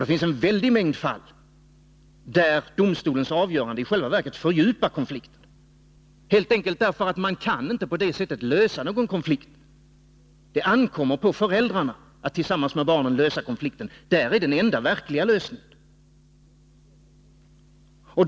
Det finns en väldig mängd fall där domstolens avgörande i själva verket fördjupar motsättningarna, helt enkelt därför att man inte på den vägen kan lösa någon konflikt. Det ankommer på föräldrarna att tillsammans med barnen lösa konflikten. Däri ligger den enda verkliga lösningen.